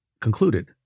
concluded